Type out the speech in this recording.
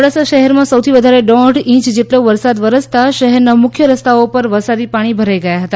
મોડાસા શહેરમાં સૌથી વધારે દોઢ ઇંચ જેટલો વરસાદ વરસતા શહેરના મુખ્ય રસ્તાઓ પર વરસાદી પાણી ભરાઇ ગયા હતા